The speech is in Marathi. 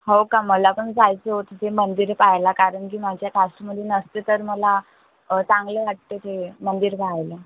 हो का मला पण जायचं होतं ते मंदिर पाहायला कारण की माझ्या कास्टमध्ये नसते तर मला चांगले वाटते ते मंदिर पाहायला